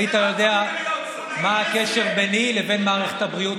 היית יודע מה הקשר ביני לבין מערכת הבריאות,